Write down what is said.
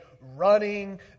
running